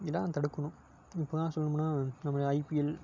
இதான் தடுக்கணும் எப்படின்னா சொல்லனும்னா நம்ப ஐபிஎல்